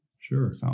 sure